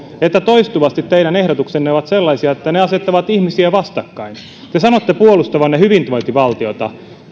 että toistuvasti teidän ehdotuksenne ovat sellaisia että ne asettavat ihmisiä vastakkain te sanotte puolustavanne hyvinvointivaltiota